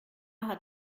hat